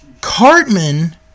Cartman